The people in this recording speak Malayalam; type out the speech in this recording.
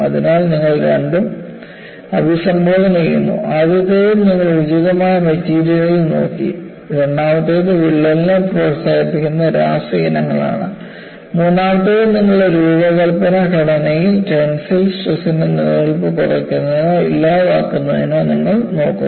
അതിനാൽ നിങ്ങൾ രണ്ടും അഭിസംബോധന ചെയ്യുന്നു ആദ്യത്തേതിൽ നിങ്ങൾ ഉചിതമായ മെറ്റീരിയലുകൾ നോക്കി രണ്ടാമത്തേത് വിള്ളലിനെ പ്രോത്സാഹിപ്പിക്കുന്ന രാസ ഇനങ്ങളാണ് മൂന്നാമത്തേത് നിങ്ങളുടെ രൂപകൽപ്പന ഘടനയിൽ ടെൻസൈൽ സ്ട്രെസ്ൻറെ നിലനിൽപ്പ് കുറയ്ക്കുന്നതിനോ ഇല്ലാതാക്കുന്നതിനോ നിങ്ങൾ നോക്കുന്നു